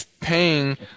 paying